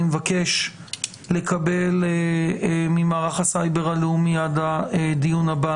אני מבקש לקבל ממערך הסייבר הלאומי עד הדיון הבא